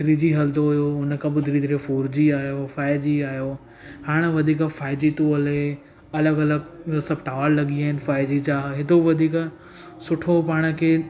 three G हलंदो हुओ त उन खां पोइ धीरे धीरे फोर जी आहियो फाइव जी आहियो हाणे वधीक फाइव जी थो हले अलॻि अलॻि सभु टावर लॻी विया आहिनि फाइव जी जा हेॾो वधीक सुठो पाण खे